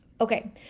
Okay